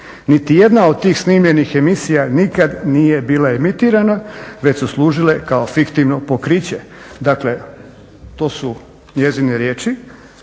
Niti jedna od tih snimljenih emisija nikad nije bila emitirana već su služile kao fiktivno pokriće. Dakle to su njezine riječi